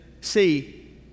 see